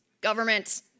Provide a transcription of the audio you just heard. government